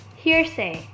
hearsay